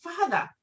father